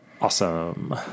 Awesome